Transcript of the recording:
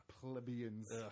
plebeians